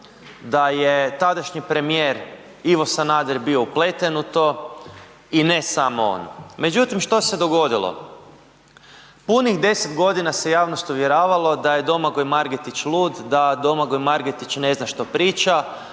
da je tadašnji premijer Ivo Sanader bio upleten u to i ne samo on. Međutim, što se dogodilo, punih 10 godina se javnost uvjeravalo da je Domagoj Margetić lud, da Domagoj Margetić ne zna što priča,